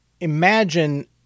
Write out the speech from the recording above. imagine